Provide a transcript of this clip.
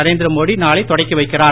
நரேந்திரமோடி நாளை தொடக்கி வைக்கிறார்